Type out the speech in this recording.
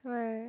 why